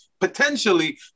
potentially